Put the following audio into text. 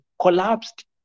collapsed